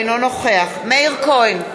אינו נוכח מאיר כהן,